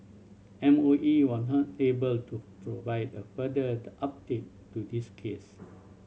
M O E was not able to provide a further update to this case